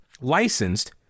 licensed